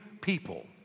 people